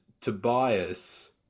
tobias